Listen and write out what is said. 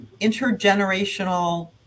intergenerational